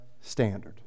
standard